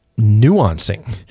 nuancing